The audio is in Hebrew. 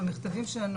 במכתבים שלנו,